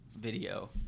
video